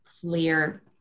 clear